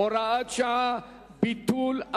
הוראת שעה) (ביטול),